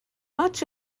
much